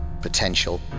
Potential